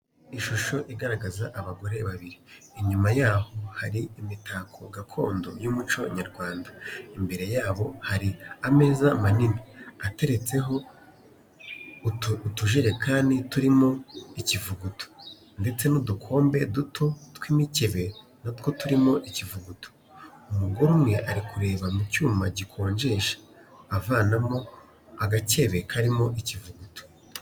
Ishusho igaragaza abagore ababiri inyuma yabo hari imitako gakondo y'umuco y'umuco w'abanyarwanda, imbere yaho hari ameza manini ateretseho utujerekani turimo ikivuguto ndetse n'udukombe duto kw'imikebe natwo turimo ikivuguto, umugore umwe ari kureba mucyuma gikonjesha avanamo agakebe avanamo karimo ikivuguto.